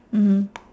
mmhmm